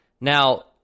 Now